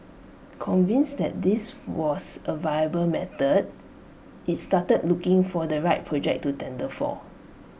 convinced that this was A viable method IT started looking for the right project to tender for